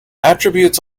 attributes